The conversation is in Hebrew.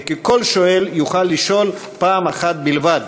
וכי כל שואל יוכל לשאול פעם אחת בלבד.